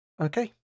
Okay